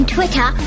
Twitter